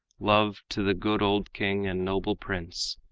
love to the good old king and noble prince.